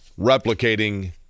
replicating